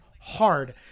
hard